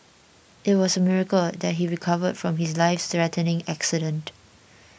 it was a miracle that he recovered from his lifethreatening accident